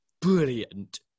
brilliant